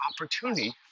opportunity